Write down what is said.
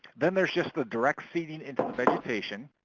then there's just the direct seeding into the vegetation.